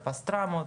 על פסטרמות,